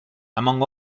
among